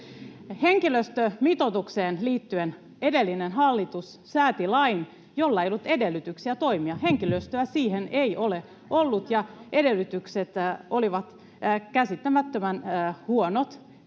Henkilöstömitoitukseen liittyen edellinen hallitus sääti lain, jolla ei ollut edellytyksiä toimia. Henkilöstöä siihen ei ole ollut, ja edellytykset olivat käsittämättömän huonot.